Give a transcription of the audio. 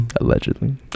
Allegedly